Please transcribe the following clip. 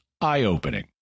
eye-opening